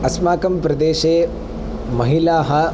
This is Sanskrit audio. अस्माकं प्रदेशे महिलाः